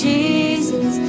Jesus